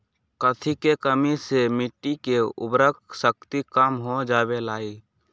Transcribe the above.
कथी के कमी से मिट्टी के उर्वरक शक्ति कम हो जावेलाई?